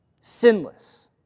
Sinless